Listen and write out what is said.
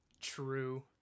True